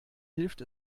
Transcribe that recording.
hilft